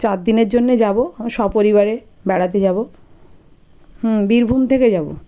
চার দিনের জন্য যাব আমি সপরিবার বেড়াতে যাব হুম বীরভূম থেকে যাব